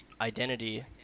identity